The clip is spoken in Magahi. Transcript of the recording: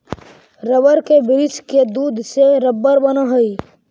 रबर के वृक्ष के दूध से रबर बनऽ हई